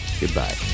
Goodbye